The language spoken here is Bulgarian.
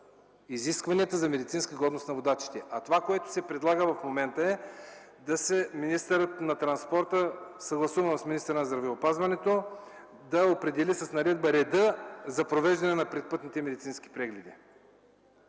изискванията за медицинска годност на водачите. Това, което се предлага в момента е министърът на транспорта, съгласувано с министъра на здравеопазването да определи с наредба реда за провеждането на предпътните медицински прегледи.